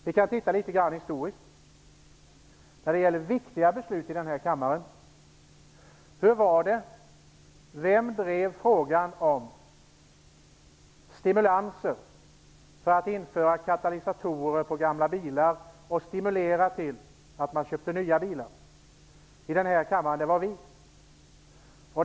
Vi kan se litet grand historiskt på viktiga beslut i den här kammaren. Hur var det? Vilka drev här i kammaren frågan om stimulanser för att införa katalysatorer på gamla bilar och för att man skulle köpa nya bilar? Det var vi.